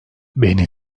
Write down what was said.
beni